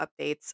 updates